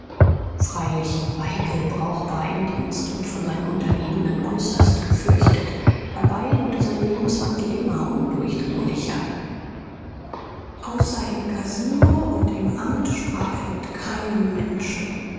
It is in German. freilich war hickel brauchbar im dienst und von seinen untergebenen äußerst gefürchtet dabei wurde sein lebenswandel immer undurchdringlicher außer im kasino und im amt sprach er mit keinem menschen